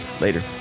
later